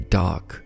dark